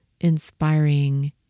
inspiring